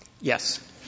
Yes